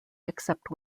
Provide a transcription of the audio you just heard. except